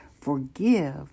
Forgive